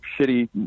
shitty